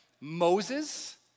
Moses